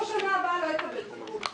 הוא בשנה הבאה לא יקבל טיפול.